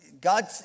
God